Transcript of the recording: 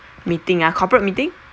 meeting ah corporate meeting